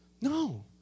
No